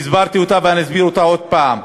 והסברתי אותה ואני אסביר אותה עוד הפעם,